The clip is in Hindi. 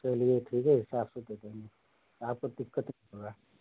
चलिए ठीक है हिसाब से दे देंगे आपको दिक्कत नहीं होगी